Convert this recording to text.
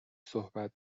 صحبت